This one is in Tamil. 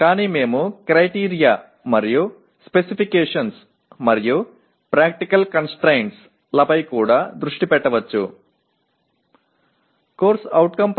ஆனால் நாம் அளவுகோல்கள் மற்றும் விவரக்குறிப்புகள் மற்றும் நடைமுறை தடைகள் குறித்தும் கவனம் செலுத்தலாம்